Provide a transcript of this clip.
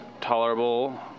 tolerable